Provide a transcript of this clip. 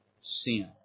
sin